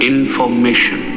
Information